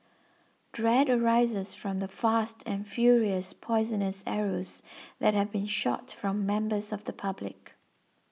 dread arises from the fast and furious poisonous arrows that have been shot from members of the public